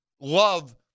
love